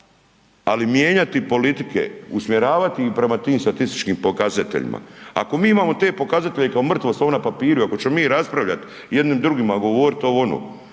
ali mijenjati politike, usmjeravati ih prema tim statističkim pokazateljima, ako mi imamo te pokazatelje kao mrtvo slovo na papiru i ako ćemo mi raspravljat i jedni drugima govorit ovo,